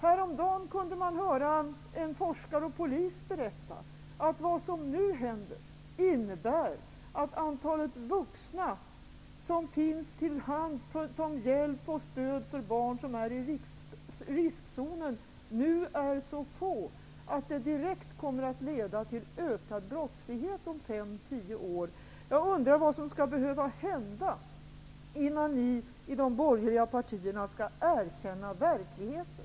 Häromdagen kunde man höra en forskare och polis berätta att vad som nu händer innebär att antalet vuxna som finns till hands för hjälp och stöd till barn som är i riskzonen är så få att det direkt kommer att leda till ökad brottslighet om fem tio år. Jag undrar vad som skall behöva hända innan ni i de borgerliga partierna skall erkänna verkligheten.